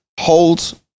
hold